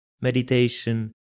meditation